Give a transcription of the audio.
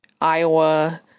Iowa